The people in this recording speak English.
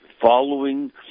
following